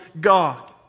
God